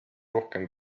rohkem